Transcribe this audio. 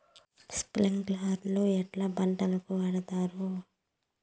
స్ప్రింక్లర్లు ఎట్లా పంటలకు వాడుతారు?